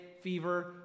fever